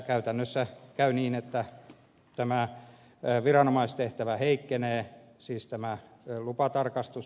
käytännössä käy niin että tämä viranomaistehtävä heikkenee siis tämä lupatarkastus